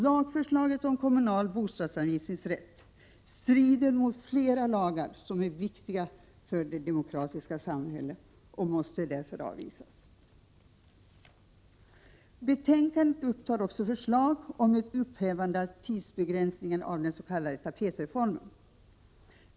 Lagförslaget om kommunal bostadsanvisningsrätt strider mot flera lagar som är viktiga för det demokratiska samhället och måste därför avvisas. Betänkandet upptar också förslag om ett upphävande av tidsbegränsningen av den s.k. tapetreformen.